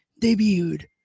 debuted